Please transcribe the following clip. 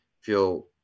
feel